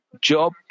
Job